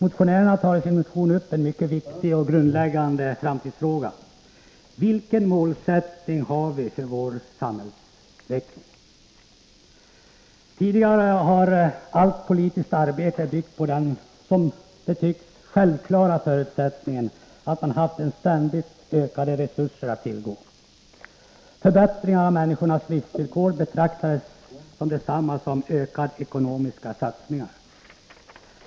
Motionärerna tar i sin motion upp en mycket viktig och grundläggande framtidsfråga: Vilken målsättning har vi för vår samhällsutveckling? Tidigare har allt politiskt arbete byggt på den, som det tycktes, självklara förutsättningen att man haft ständigt ökade resurser att tillgå. Förbättringar av människors livsvillkor betraktades som detsamma som ökade ekonomiska satsningar.